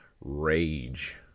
rage